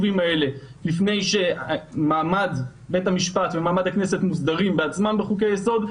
לפני שמעמד בית המשפט ומעמד הכנסת מוסדרים בעצמם בחוקי יסוד.